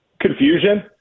Confusion